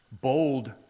bold